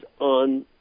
on